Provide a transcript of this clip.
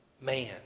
man